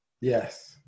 Yes